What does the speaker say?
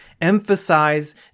emphasize